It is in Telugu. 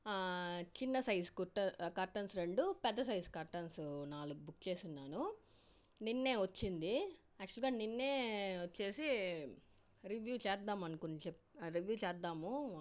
చిన్నసైజ్ కుట్ట కర్టెన్స్ రెండు పెద్ద సైజ్ కర్టెన్స్ నాలుగు బుక్ చేసి ఉన్నాను నిన్న వచ్చింది యాక్చువల్గా నిన్న వచ్చి రివ్యూ చేద్దాము అనుకోని చెప్పి రివ్యూ చేద్దాము